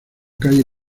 calle